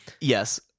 Yes